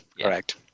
Correct